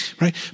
right